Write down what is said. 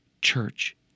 Church